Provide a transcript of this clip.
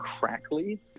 crackly